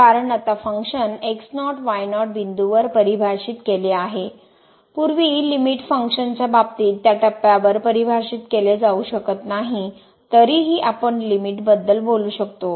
कारण आता function x0 y0 बिंदूवर परिभाषित केले आहे पूर्वी लिमिट फंक्शनच्या बाबतीत त्या टप्प्यावर परिभाषित केले जाऊ शकत नाही तरीही आपण लिमिट बद्दल बोलू शकतो